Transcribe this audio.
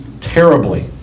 terribly